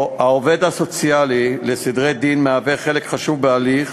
העובד הסוציאלי לסדרי דין מהווה חלק חשוב בהליך,